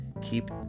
keep